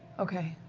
okay.